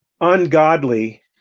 ungodly